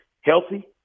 healthy